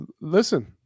listen